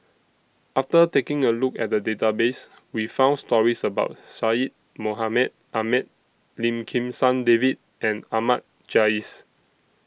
after taking A Look At The Database We found stories about Syed Mohamed Ahmed Lim Kim San David and Ahmad Jais